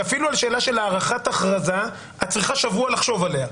שאפילו על שאלה של הארכת הכרזה את צריכה שבוע לחשוב עליה.